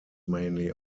mainly